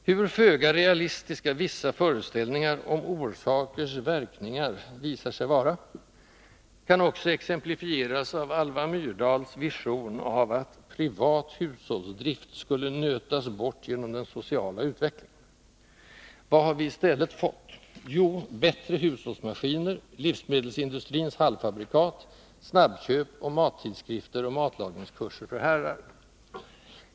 Hur föga realistiska vissa föreställningar om orsakers verkningar visar sig vara kan också exemplifieras av Alva Myrdals vision av att ”privat hushållsdrift” skulle ”nötas bort” genom den sociala utvecklingen. Vad har vi i stället fått? Jo, bättre hushållsmaskiner, livsmedelsindustrins halvfabrikat, snabbköp och mattidskrifter samt matlagningskurser för herrar.